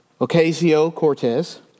Ocasio-Cortez